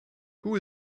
who